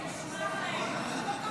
לא נתקבלה.